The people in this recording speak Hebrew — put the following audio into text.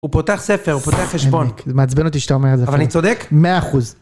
הוא פותח ספר, הוא פותח אשפון. מעצבן אותי שאתה אומר את זה. אבל אני צודק? 100%.